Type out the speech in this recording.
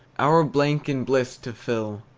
our blank in bliss to fill,